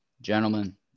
Gentlemen